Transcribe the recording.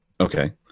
Okay